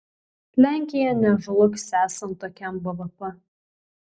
lenkija nežlugs esant tokiam bvp